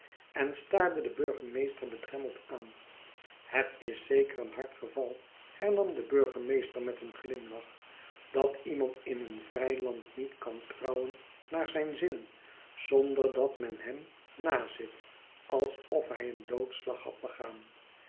en staarde den burgemeester bedremmeld aan het is zeker een hard geval hernam de burgemeester met een glimlach dat iemand in een vrij land niet kan trouwen naar zijn zin zonder dat men hem nazit alsof hij een doodslag had begaan